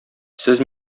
сез